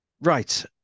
right